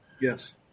Yes